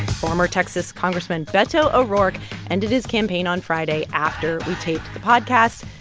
former texas congressman beto o'rourke ended his campaign on friday after we taped the podcast.